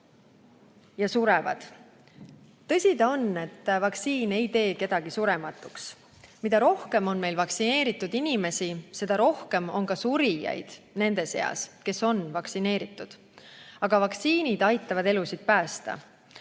ja surevad. Tõsi ta on, et vaktsiin ei tee kedagi surematuks. Mida rohkem on meil vaktsineeritud inimesi, seda rohkem on surijaid ka nende seas, kes on vaktsineeritud. Aga vaktsiinid aitavad elusid päästa.